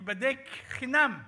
ואז הוא ייבדק חינם.